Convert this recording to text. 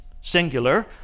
singular